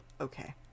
okay